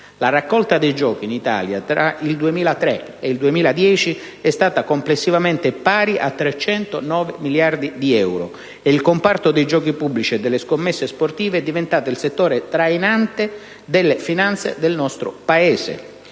La raccolta dei giochi in Italia tra il 2003 e il 2010 è stata complessivamente di 309 miliardi di euro e il comparto dei giochi pubblici e delle scommesse sportive è diventato il settore trainante delle finanze del Paese.